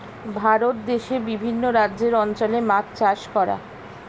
ভারত দেশে বিভিন্ন রাজ্যের অঞ্চলে মাছ চাষ করা